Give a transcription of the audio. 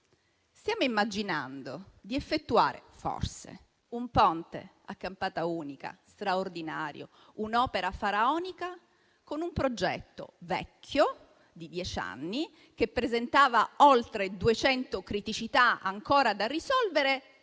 stiamo immaginando di effettuare, forse, un ponte a campata unica straordinario, un'opera faraonica, con un progetto vecchio di dieci anni, che presentava oltre 200 criticità ancora da risolvere,